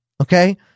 okay